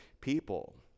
people